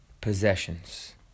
possessions